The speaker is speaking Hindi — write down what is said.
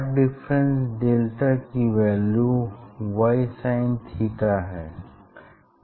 पाथ डिफरेंस डेल्टा की वैल्यू y sin थीटा है